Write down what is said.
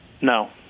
No